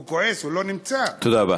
הוא כועס, הוא לא נמצא, תודה רבה.